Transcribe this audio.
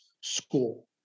school